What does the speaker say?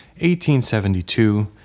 1872